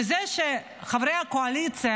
וזה שחברי הקואליציה,